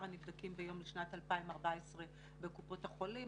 הנבדקים ביום לשנת 2014 בקופות החולים.